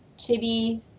Chibi